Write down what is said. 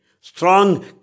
strong